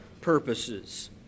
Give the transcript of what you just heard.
purposes